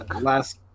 Last